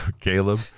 Caleb